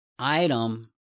Item